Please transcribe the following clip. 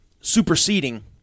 superseding